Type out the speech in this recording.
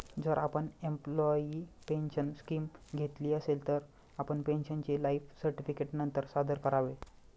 जर आपण employee pension scheme घेतली असेल, तर आपण पेन्शनरचे लाइफ सर्टिफिकेट नंतर सादर करावे